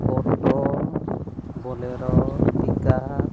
auto bolero pickup